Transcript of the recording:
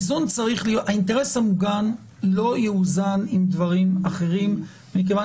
האינטרס המוגן לא יאוזן עם דברים אחרים מכיוון